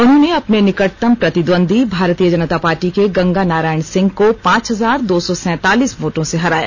उन्होंने अपने निकटतम प्रतिद्वंद्वी भारतीय जनता पार्टी के गंगा नारायण सिंह को पांच हजार दो सौ सैंतालीस वोटों से हराया